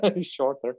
shorter